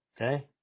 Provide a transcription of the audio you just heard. Okay